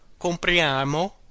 Compriamo